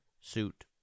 suit